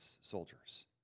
soldiers